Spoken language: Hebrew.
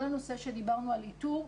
כל הנושא שדיברנו על איתור,